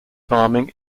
farming